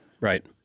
Right